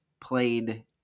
played